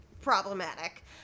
problematic